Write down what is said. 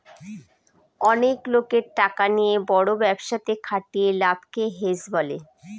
অনেক লোকের টাকা নিয়ে বড় ব্যবসাতে খাটিয়ে লাভকে হেজ বলে